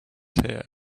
here